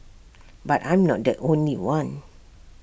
but I'm not the only one